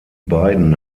beiden